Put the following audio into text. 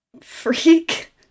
freak